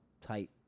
tight